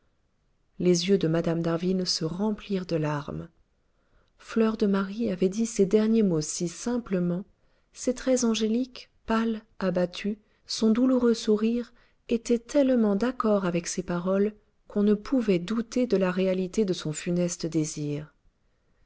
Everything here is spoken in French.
les yeux de mme d'harville se remplirent de larmes fleur de marie avait dit ces derniers mots si simplement ses traits angéliques pâles abattus son douloureux sourire étaient tellement d'accord avec ses paroles qu'on ne pouvait douter de la réalité de son funeste désir